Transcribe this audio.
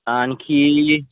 आणखी